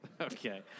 Okay